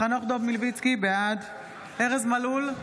חנוך דב מלביצקי, בעד ארז מלול,